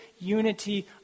unity